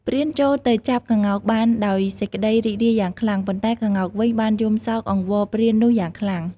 ព្រានចូលទៅចាប់ក្ងោកបានដោយសេចក្ដីរីករាយយ៉ាងខ្លាំង ប៉ុន្តែក្ងោកវិញបានយំសោកអង្វរព្រាននោះយ៉ាងខ្លាំង។